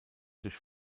durch